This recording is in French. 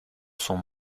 son